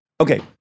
Okay